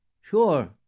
Sure